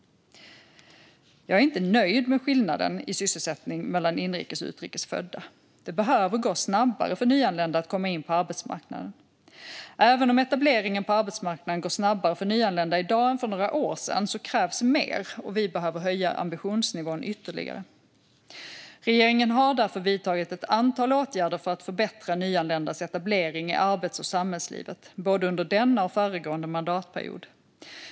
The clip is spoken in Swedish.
Jag är inte nöjd med skillnaden i sysselsättning mellan inrikes och utrikes födda. Det behöver gå snabbare för nyanlända att komma in på arbetsmarknaden. Även om etableringen på arbetsmarknaden går snabbare för nyanlända i dag än för några år sedan krävs mer, och vi behöver höja ambitionsnivån ytterligare. Regeringen har därför vidtagit ett antal åtgärder för att förbättra nyanländas etablering i arbets och samhällslivet, både under denna och föregående mandatperiod.